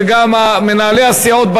וגם מנהלי הסיעות,